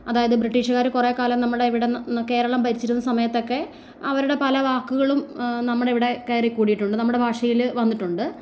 അതായത് ബ്രിട്ടീഷുകാർ കുറേ കാലം നമ്മുടെ ഇവിടെ കേരളം ഭരിച്ചിരുന്ന സമയത്തൊക്കെ അവരുടെ പല വാക്കുകളും നമ്മുടെ ഇവിടെ കയറി കൂടിയിട്ടുണ്ട് നമ്മുടെ ഭാഷയിൽ വന്നിട്ടുണ്ട്